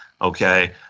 Okay